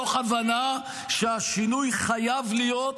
-- אבל מתוך הבנה שהשינוי חייב להיות,